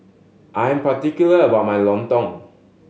I'm particular about my lontong